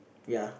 ya